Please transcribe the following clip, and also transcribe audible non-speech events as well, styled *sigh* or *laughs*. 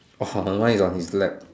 *laughs* mine is on his lap